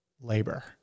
labor